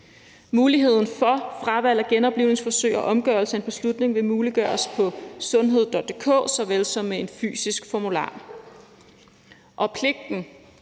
tilkendegive fravalg af genoplivningsforsøg og omgørelse af en beslutning på sundhed.dk såvel som med en fysisk formular.